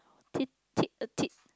tit tit a tat